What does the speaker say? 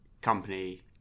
company